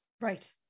Right